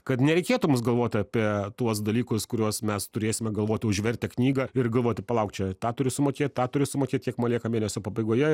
kad nereikėtų mums galvoti apie tuos dalykus kuriuos mes turėsime galvoti užvertę knygą ir galvoti palauk čia tą turiu sumokėt tą turiu sumokėt kiek man lieka mėnesio pabaigoje